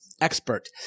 expert